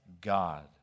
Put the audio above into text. God